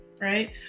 Right